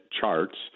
charts